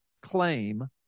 claim